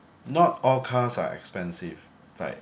not all cars are expensive like